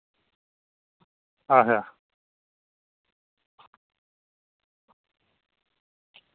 अच्छा